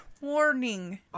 warning